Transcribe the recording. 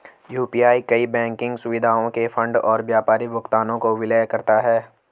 UPI कई banking सुविधाओं के फंड और व्यापारी भुगतानों को विलय करता है